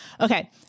okay